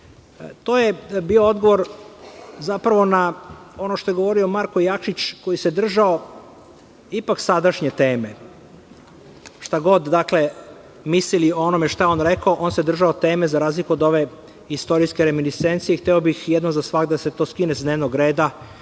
je bio odgovor na ono što je govorio Marko Jakšić, koji se držao ipak sadašnje teme. Dakle, šta god mislili o onome šta je on rekao, on se držao teme za razliku od ove istorijske reminisencije i hteo bih jednom za svagda da se to skine sa dnevnog reda